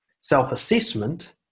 Self-assessment